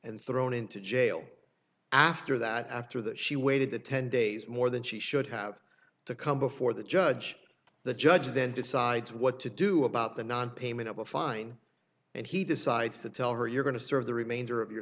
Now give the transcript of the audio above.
and thrown into jail after that after that she waited the ten days more than she should have to come before the judge the judge then decides what to do about the nonpayment of a fine and he decides to tell her you're going to serve the remainder of your